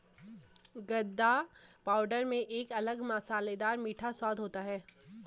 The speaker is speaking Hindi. गदा पाउडर में एक अलग मसालेदार मीठा स्वाद होता है